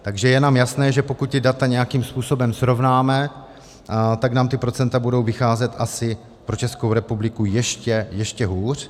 Takže je nám jasné, že pokud data nějakým způsobem srovnáme, tak nám ta procenta budou vycházet asi pro Českou republiku ještě hůř.